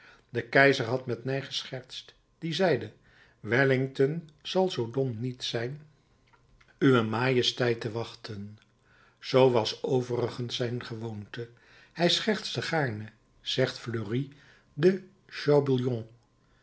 de keizer had met ney geschertst die zeide wellington zal zoo dom niet zijn uwe majesteit te wachten zoo was overigens zijn gewoonte hij schertste gaarne zegt fleury de